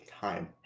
time